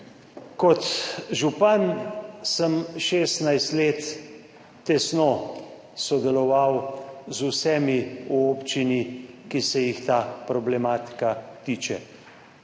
Kot župan sem šestnajst let tesno sodeloval z vsemi v občini, ki se jih ta problematika tiče